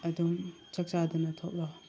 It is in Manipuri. ꯑꯗꯨꯝ ꯆꯥꯛ ꯆꯥꯗꯅ ꯊꯣꯛꯂꯛꯑꯣ